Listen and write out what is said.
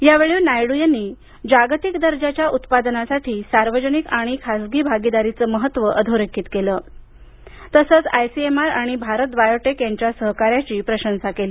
यावेळी नायडू यांनी जागतिक दर्जाच्या उत्पादनासाठी सार्वजनिक खासगी भागीदारीचं महत्व अधोरेखित केलं तसंच आयसीएमआर आणि भारत बायोटेक यांच्या सहकार्याची प्रशंसा केली